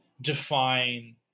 define